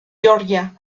georgia